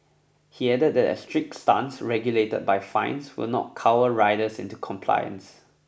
he added that a strict stance regulated by fines will not cower riders into compliance